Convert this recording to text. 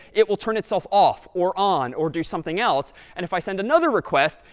it will turn itself off or on or do something else. and if i send another request,